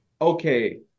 okay